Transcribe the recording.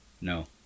No